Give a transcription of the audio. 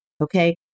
okay